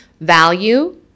value